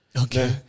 Okay